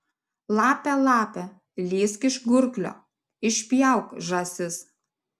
lape lape lįsk iš gurklio išpjauk žąsis